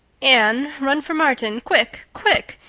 anne, run for martin quick, quick!